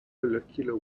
molecular